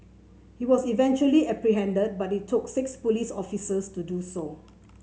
he was eventually apprehended but it took six police officers to do so